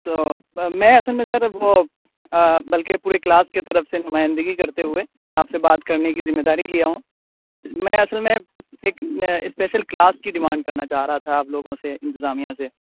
تو سر میں اصل میں سر وہ بلکہ پورے کلاس کے طرف سے نمائندگی کرتے ہوئے آپ سے بات کرنے کی ذمہ داری لیا ہوں میں اصل میں ایک اسپیشل کلاس کی ڈیمانڈ کرنا چاہ رہا تھا آپ لوگوں سے انتظامیہ سے